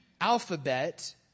alphabet